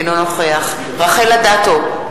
אינו נוכח רחל אדטו,